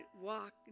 walk